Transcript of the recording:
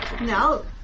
No